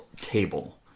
table